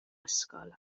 ysgol